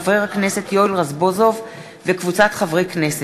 מאת חבר הכנסת יואל רזבוזוב וקבוצת חברי הכנסת,